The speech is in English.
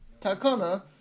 takana